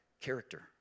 character